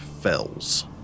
fells